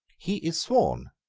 he is sworn,